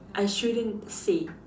I shouldn't say